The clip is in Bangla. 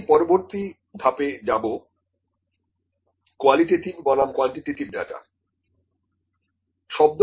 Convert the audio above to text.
আমি পরবর্তী ধাপে যাব কোয়ালিটেটিভ বনাম কোয়ান্টিটেটিভ ডাটা